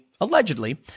allegedly